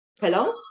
Hello